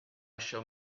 shall